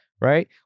right